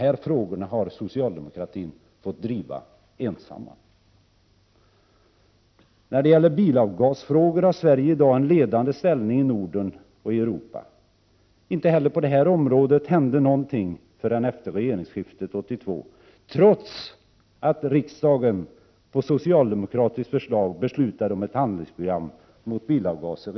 Dessa frågor har socialdemokratin ensam fått driva. När det gäller bilavgasfrågor har Sverige i dag en ledande ställning i Norden och i Europa. Inte heller på det området hände någonting förrän efter regeringsskiftet 1982, trots att riksdagen på socialdemokratiskt förslag redan 1979 beslutade om ett handlingsprogram mot bilavgaser.